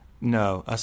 No